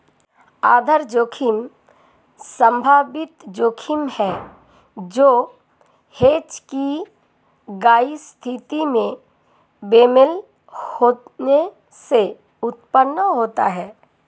आधार जोखिम संभावित जोखिम है जो हेज की गई स्थिति में बेमेल होने से उत्पन्न होता है